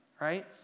right